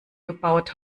gebaut